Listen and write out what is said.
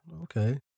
Okay